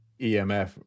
EMF